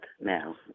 Now